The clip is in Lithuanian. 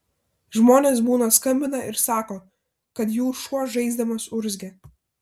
žmonės būna skambina ir sako kad jų šuo žaisdamas urzgia